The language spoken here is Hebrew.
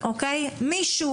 מישהו,